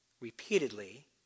repeatedly